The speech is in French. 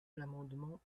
l’amendement